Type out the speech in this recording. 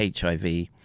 HIV